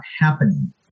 happening